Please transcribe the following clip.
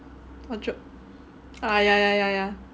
wardrobe ah ya ya ya ya